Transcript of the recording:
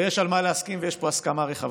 ויש על מה להסכים, ויש פה הסכמה רחבה.